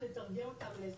מהן